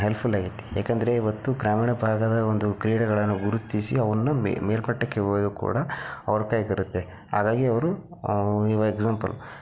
helpful ಆಗೈತೆ ಯಾಕೆಂದರೆ ಇವತ್ತು ಗ್ರಾಮೀಣ ಭಾಗದ ಒಂದು ಕ್ರೀಡೆಗಳನ್ನು ಗುರುತಿಸಿ ಅವನ್ನು ಮೆ ಮೇಲ್ಮಟ್ಟಕ್ಕೆ ಹೋಗೋದು ಕೂಡ ಅವರ ಕೈಯಾಗಿರುತ್ತೆ ಹಾಗಾಗಿ ಅವರು ಇವಾಗ ಎಕ್ಸಾಂಪಲ್